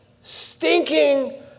stinking